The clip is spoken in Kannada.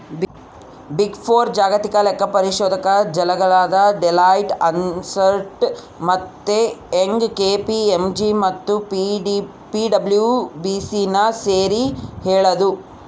ಬಿಗ್ ಫೋರ್ ಜಾಗತಿಕ ಲೆಕ್ಕಪರಿಶೋಧಕ ಜಾಲಗಳಾದ ಡೆಲಾಯ್ಟ್, ಅರ್ನ್ಸ್ಟ್ ಮತ್ತೆ ಯಂಗ್, ಕೆ.ಪಿ.ಎಂ.ಜಿ ಮತ್ತು ಪಿಡಬ್ಲ್ಯೂಸಿನ ಸೇರಿ ಹೇಳದು